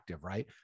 right